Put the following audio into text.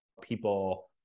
people